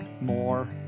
more